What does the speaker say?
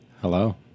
Hello